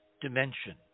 dimension